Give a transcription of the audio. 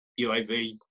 UAV